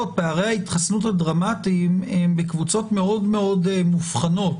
פערי ההתחסנות הדרמטיים הם בקבוצות מאוד-מאוד מובחנות,